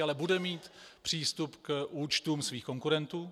Ale bude mít přístup k účtům svých konkurentů.